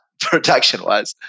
production-wise